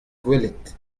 gwelet